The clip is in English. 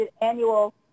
annual